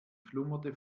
schlummerte